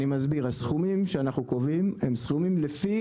הסכומים שאנחנו קובעים הם סכומים לפי